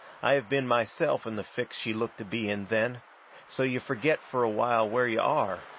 i have been myself in the fix she looked to be in then so you forget fur a while where you are,